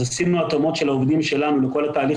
אז עשינו התאמות של העובדים שלנו לכל התהליך